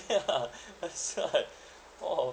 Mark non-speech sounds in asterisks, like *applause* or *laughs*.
*laughs* that's right all of it